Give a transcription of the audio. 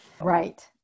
right